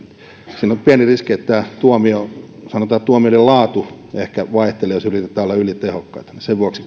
siinä on pieni riski että tuomioiden laatu ehkä vaihtelee jos yritetään olla ylitehokkaita sen vuoksi